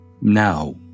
Now